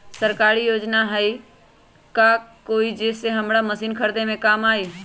सरकारी योजना हई का कोइ जे से हमरा मशीन खरीदे में काम आई?